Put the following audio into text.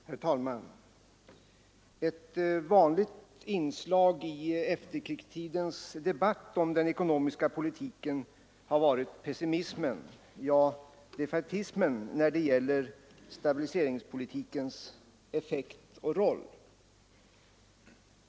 Herr talman! Ett vanligt inslag i efterkrigstidens debatt om den ekonomiska politiken har varit pessimismen, ja, defaitismen när det gäller stabiliseringspolitikens effekt och roll.